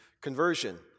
conversion